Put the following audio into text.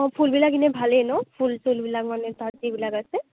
অ ফুলবিলাক এনে ভালে ন' ফুল চুলবিলাক মানে তাত যিবিলাক আছে